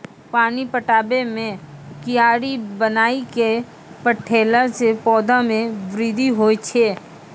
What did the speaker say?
पानी पटाबै मे कियारी बनाय कै पठैला से पौधा मे बृद्धि होय छै?